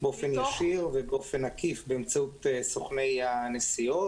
באופן ישיר ובאופן עקיף באמצעות סוכני הנסיעות